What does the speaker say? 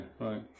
right